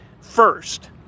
first